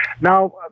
Now